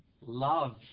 love